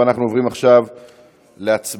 ואנחנו עוברים עכשיו להצבעה